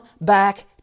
back